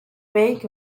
rank